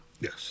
yes